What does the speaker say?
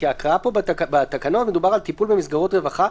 כי ההקראה פה בתקנון מדובר על טיפול במסגרות רווחה,